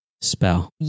Spell